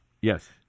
yes